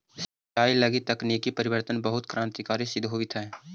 सिंचाई लगी तकनीकी परिवर्तन बहुत क्रान्तिकारी सिद्ध होवित हइ